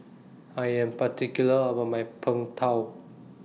I Am particular about My Png Tao